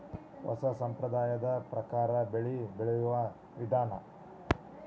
ಹೊಸಾ ಸಂಪ್ರದಾಯದ ಪ್ರಕಾರಾ ಬೆಳಿ ಬೆಳಿಯುವ ವಿಧಾನಾ